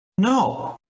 No